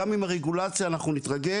גם עם הרגולציה אנחנו נתרגל